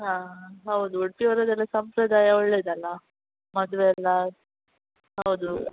ಹಾಂ ಹೌದು ಉಡುಪಿ ಅವ್ರದ್ದೆಲ ಸಂಪ್ರದಾಯ ಒಳ್ಳೇದಲ್ಲ ಮದುವೆಯಲ್ಲಾ ಹೌದು